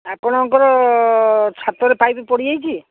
ଆପଣଙ୍କର ଛାତରେ ପାଇପ୍ ପଡ଼ିଯାଇଛି